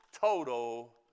total